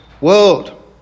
world